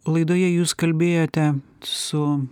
laidoje jūs kalbėjote su